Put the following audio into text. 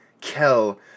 Kel